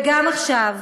גם עכשיו,